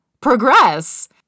progress